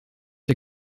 der